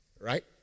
right